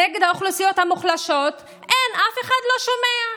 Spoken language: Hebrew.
נגד האוכלוסיות המוחלשות, אין, אף אחד לא שומע.